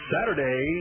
Saturday